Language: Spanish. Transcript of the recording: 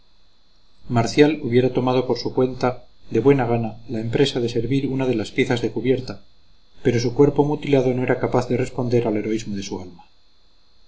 marcial hubiera tomado por su cuenta de buena gana la empresa de servir una de las piezas de cubierta pero su cuerpo mutilado no era capaz de responder al heroísmo de su alma